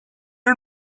and